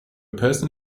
person